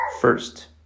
first